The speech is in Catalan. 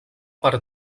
per